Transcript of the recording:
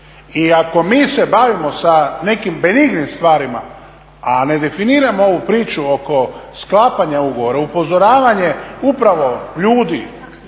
I ako mi se bavimo sa nekim benignim stvarima, a ne definiramo ovu priču oko sklapanja ugovora, upozoravanje upravo ljudi